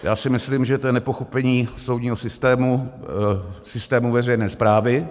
Já si myslím, že to je nepochopení soudního systému, systému veřejné správy.